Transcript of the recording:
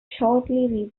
shortly